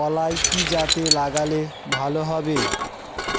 কলাই কি জাতে লাগালে ভালো হবে?